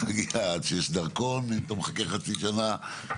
עד שיש דרכון אתה מחכה חצי שנה,